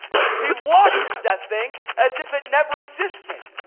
he washes that thing as if it never existed.